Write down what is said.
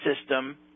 system